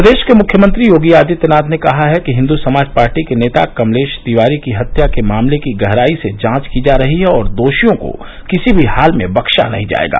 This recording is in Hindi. प्रदेश के मुख्यमंत्री योगी आदित्यनाथ ने कहा है कि हिन्दू समाज पार्टी के नेता कमलेश तिवारी की हत्या के मामले की गहराई से जांच की जा रही है और दोधीयों को किसी भी हाल में बखीा नहीं जाएगा